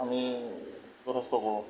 আমি যথেষ্ট কৰোঁ